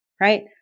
right